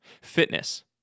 Fitness